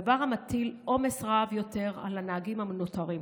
דבר המטיל עומס רב יותר על הנהגים הנותרים.